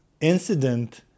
incident